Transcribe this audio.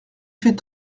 fait